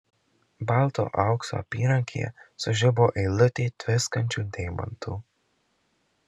balto aukso apyrankėje sužibo eilutė tviskančių deimantų